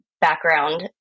background